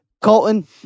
Colton